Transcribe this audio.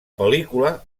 pel·lícula